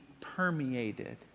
permeated